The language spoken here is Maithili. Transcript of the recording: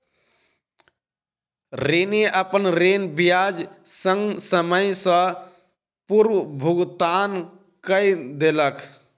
ऋणी, अपन ऋण ब्याज संग, समय सॅ पूर्व भुगतान कय देलक